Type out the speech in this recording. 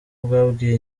bwabwiye